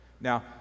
Now